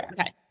okay